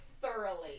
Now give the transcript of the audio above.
thoroughly